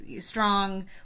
strong